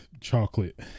chocolate